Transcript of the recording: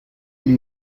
gli